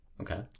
Okay